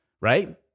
right